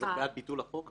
אז את בעד ביטול החוק הקיים?